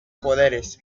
poderes